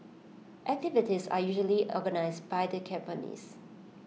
activities are usually organised by the companies